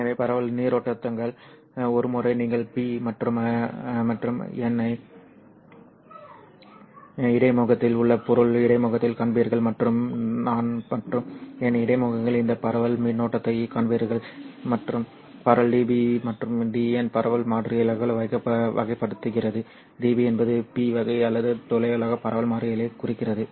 எனவே பரவல் நீரோட்டங்கள் ஒரு முறை நீங்கள் P மற்றும் I இடைமுகத்தில் உள்ள பொருள் இடைமுகங்களில் காண்பீர்கள் மற்றும் நான் I மற்றும் N இடைமுகங்களில் இந்த பரவல் மின்னோட்டத்தைக் காண்பீர்கள் மற்றும் பரவல் Dp மற்றும் Dn பரவல் மாறிலிகளால் வகைப்படுத்தப்படுகிறது Dp என்பது P வகை அல்லது துளைக்கான பரவல் மாறிலியைக் குறிக்கிறது